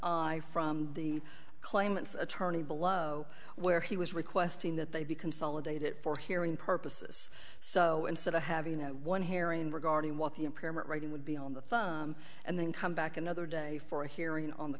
from the claimants attorney below where he was requesting that they be consolidated for hearing purposes so instead of having one herring regarding what the impairment writing would be on the phone and then come back another day for a hearing on the